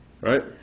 Right